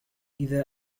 إذا